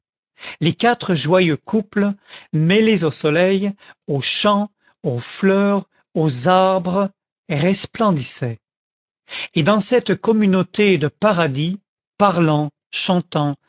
les quatre joyeux couples mêlés au soleil aux champs aux fleurs aux arbres resplendissaient et dans cette communauté de paradis parlant chantant